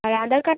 আর Aadhaar card